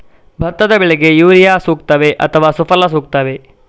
ಭತ್ತದ ಬೆಳೆಗೆ ಯೂರಿಯಾ ಸೂಕ್ತವೇ ಅಥವಾ ಸುಫಲ ಸೂಕ್ತವೇ?